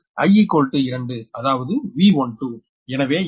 I 2 அதாவது V12